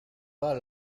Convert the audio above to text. pas